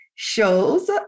Shows